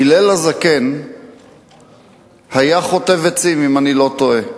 הלל הזקן היה חוטב עצים, אם אני לא טועה.